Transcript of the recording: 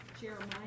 Jeremiah